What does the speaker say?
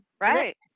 right